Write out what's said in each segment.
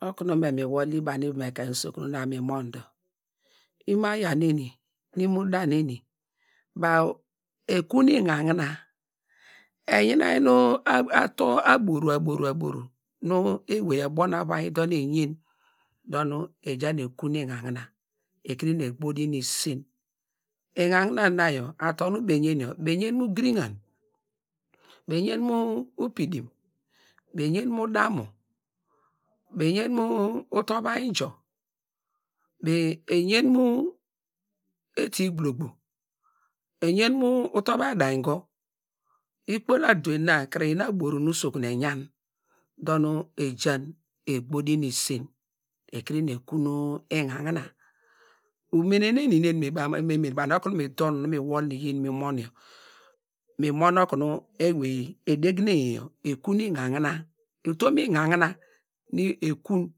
Okunu me mi wol yi banu ivom ekein usokun na nu me mi mon yor dor ekun enanina imo da neni yor, baw enyanu ator aboru aboru aboru nu ewey abo nu avai nu eyen nu eja ekun en̄an̄in̄a, ekuru nu egbedine isen, en̄an̄inã na yor ator nu baw eyenyor baw eyen mu udamu baw eyen mu ugirinan baw eyen mu upidim, baw eyen mu utu- uvai injzo, utuvai daingo, ikpola aduwey na kre iyi nu aboru nu usokun eyan dor nu ejan egbedine nu isen, ekuru ekun enanina umene nu eni me mene bana okunu mi donw nu mi wol mi yi numi mon yor, mi mon okunu edegine ekun en̄an̄in̄a, utom en̄an̄inã nu ekun nu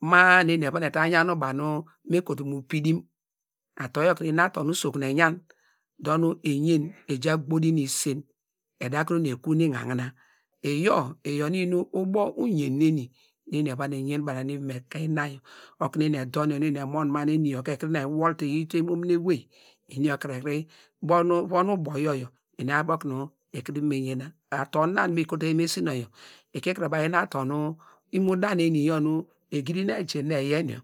ma- a nu eni eva ta yan banu me kotu mu upidim ator yor kire iyin ator nu usokun eyan, eyen ekurunu ekun en̄an̄inã, iyor iyi nu iyi ubo uyen ne ni banu ivom ekeiniuna okunu eni edor nu eni emon yor nu eni yor ka ekuru ewol te eyite imomini ewey, eni yor kire eyi von ubo yor yor evon me yena, ator yor nu me kotoyi mu esina yor, eyi nu ator nu imo da neni yor nu egidi nu eji na eyiye yor.